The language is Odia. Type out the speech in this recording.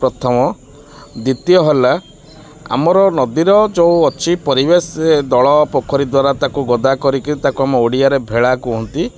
ପ୍ରଥମ ଦ୍ଵିତୀୟ ହେଲା ଆମର ନଦୀର ଯେଉଁ ଅଛି ପରିବେଶ ଦଳ ପୋଖରୀ ଦ୍ୱାରା ତାକୁ ଗଦା କରିକି ତାକୁ ଆମ ଓଡ଼ିଆରେ ଭେଳା କୁହନ୍ତି